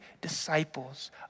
disciples